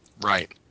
Right